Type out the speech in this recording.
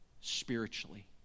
spiritually